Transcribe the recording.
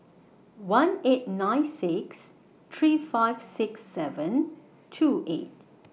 one eight nine six three five six seven two eight